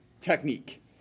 technique